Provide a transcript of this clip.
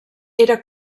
era